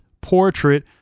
portrait